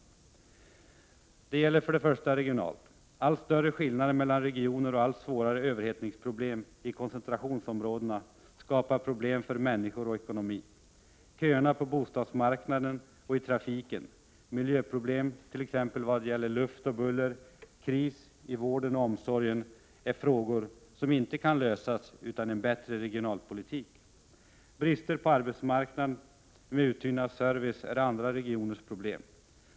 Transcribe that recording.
Detta gäller för det första regionalt. Allt större skillnader mellan regioner och allt svårare överhettningsproblem i koncentrationsområden skapar problem för människor och ekonomi. Köerna på bostadsmarknaden och i trafiken, miljöproblem — t.ex. vad gäller luft och buller, kris i vården och omsorgen är frågor som inte kan lösas utan en bättre regionalpolitik. Brister på arbetsmarknaden och uttunnad service är andra regioners problem.